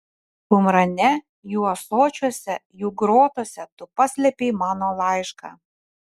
kumrane jų ąsočiuose jų grotose tu paslėpei mano laišką